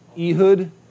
Ehud